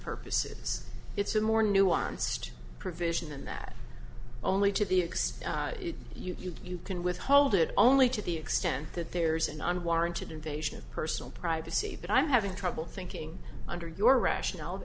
purposes it's a more nuanced provision and that only to the extent you can withhold it only to the extent that there's an unwarranted invasion of personal privacy but i'm having trouble thinking under your rationale